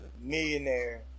millionaire